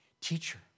teacher